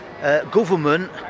government